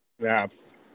snaps